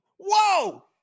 Whoa